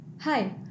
Hi